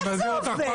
אני מזהיר אותך.